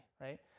right